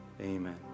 Amen